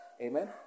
Amen